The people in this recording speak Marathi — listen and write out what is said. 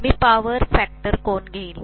मी पॉवर फॅक्टर कोन घेईल